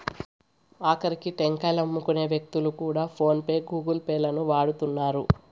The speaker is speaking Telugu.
ఆకరికి టెంకాయలమ్ముకునే వ్యక్తులు కూడా ఫోన్ పే గూగుల్ పే లను వాడుతున్నారు